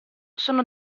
sono